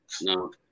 No